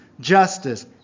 justice